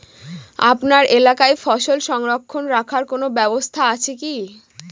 আপনার এলাকায় ফসল সংরক্ষণ রাখার কোন ব্যাবস্থা আছে কি?